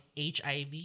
HIV